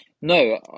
No